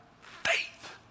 faith